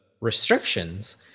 restrictions